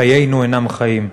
חיינו אינם חיים.